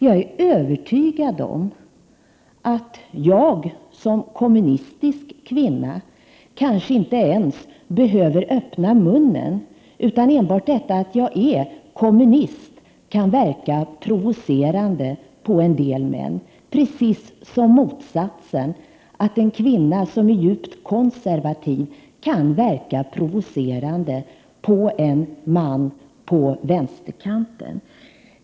Jag är övertygad om att jag som kommunistisk kvinna kanske inte ens behöver öppna munnen, utan enbart det faktum att jag är kommunist kan verka provocerande på en del män, precis som motsatsen, att en kvinna som är djupt konservativ, kan verka provocerande på en man på den politiska vänsterkanten.